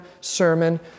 sermon